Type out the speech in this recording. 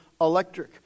electric